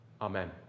Amen